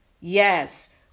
Yes